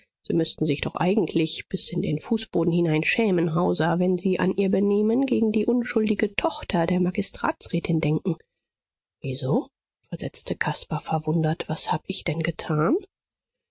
sie müßten sich doch eigentlich bis in den fußboden hinein schämen hauser wenn sie an ihr benehmen gegen die unschuldige tochter der magistratsrätin denken wieso versetzte caspar verwundert was hab ich denn getan